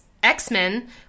X-Men